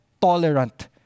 tolerant